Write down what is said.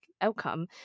outcome